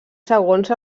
segons